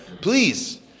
please